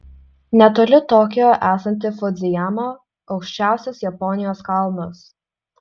netoli tokijo esanti fudzijama aukščiausias japonijos kalnas